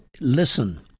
listen—